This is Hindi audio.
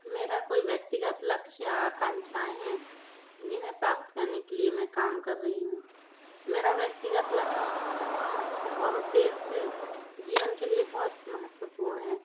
मेरा कोई व्यक्तिगत लक्ष्य आकांक्षाएँ हैं जिन्हें प्राप्त करने के लिए मैं काम कर रही हूँ मेरा व्यक्तिगत लक्ष्य और उद्देश्य जीवन के लिए बहुत महत्वपूर्ण है